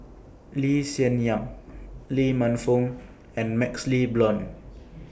Lee Hsien Yang Lee Man Fong and MaxLe Blond